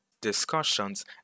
discussions